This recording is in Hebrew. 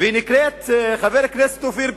מעבירים את זה "בחאווה".